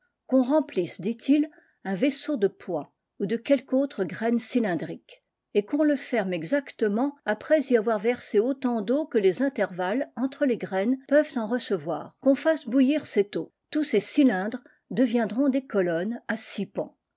qu'on remplisse dit-il un vaisseau de pois ou de quelque autre graine cylindrique et qu'on le ferme exactement après y avoir versé autant d'eau que les intervalles entre les graines peuvent en recevoir qu'on fasse bouillir celle eau tous ces cylindres deviendront des colonnes à six pans